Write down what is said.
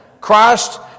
Christ